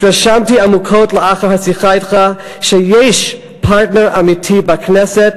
התרשמתי עמוקות לאחר השיחה אתך שיש פרטנר אמיתי בכנסת